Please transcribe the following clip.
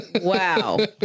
Wow